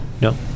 No